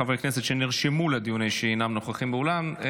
חברי כנסת שנרשמו לדיון האישי אינם נוכחים באולם.